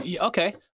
okay